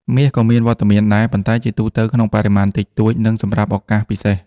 មាសក៏មានវត្តមានដែរ ប៉ុន្តែជាទូទៅក្នុងបរិមាណតិចតួច និងសម្រាប់ឱកាសពិសេស។